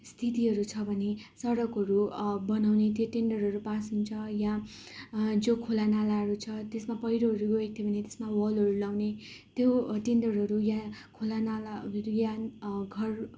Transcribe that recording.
स्थितिहरू छ भने सडकहरू बनाउने त्यो टेन्डरहरू पास हुन्छ या जो खोला नालाहरू छ त्यसमा पहिरोहरू गएको थियो भने त्यसमा वालहरू लाउने त्यो टेन्डरहरू या खोला नालाहरू यान घर